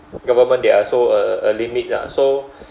government they are also uh uh limit lah so